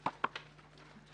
הישיבה ננעלה בשעה